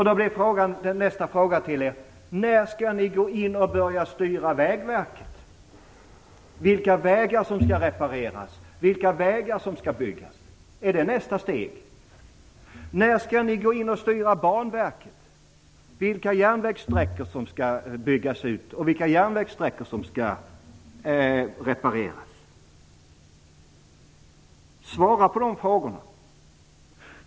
Då blir nästa fråga till er: När skall ni börja styra Vägverket och bestämma vilka vägar som skall repareras och byggas? Är det nästa steg? När skall ni gå in och styra Banverket och bestämma vilka järnvägssträckor som skall byggas ut och repareras? Svara på de frågorna!